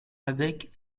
avec